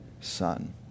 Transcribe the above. son